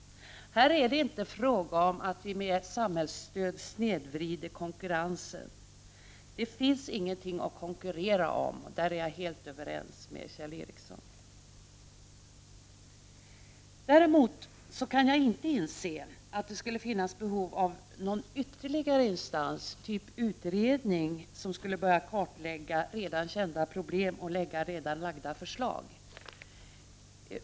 Här är det inte en fråga om att vi med samhällsstöd snedvrider konkurrensen. Det finns ingenting att konkurrera om. Där är jag helt överens med Kjell Ericsson. Däremot kan jag inte inse att det skulle finnas behov av någon ytterligare instans, t.ex. en utredning, som skulle börja kartlägga redan kända problem och lägga fram redan framlagda förslag.